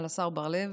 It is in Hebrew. על השר בר לב